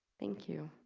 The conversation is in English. thank you